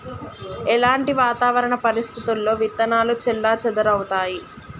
ఎలాంటి వాతావరణ పరిస్థితుల్లో విత్తనాలు చెల్లాచెదరవుతయీ?